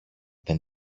δεν